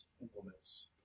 implements